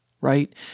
right